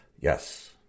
Yes